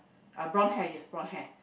a blonde hair yes blonde hair